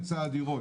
על חיי עיר.